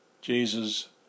Jesus